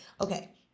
Okay